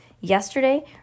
Yesterday